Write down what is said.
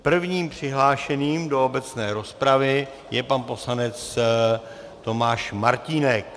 Prvním přihlášeným do obecné rozpravy je pan poslanec Tomáš Martínek.